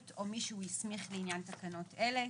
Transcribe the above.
או מי שהוא הסמיך לעניין תקנות אלה,